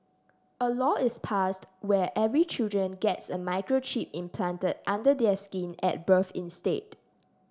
a law is passed where every children gets a microchip implanted under their skin at birth instead